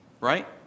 right